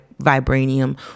vibranium